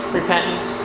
repentance